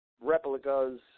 replicas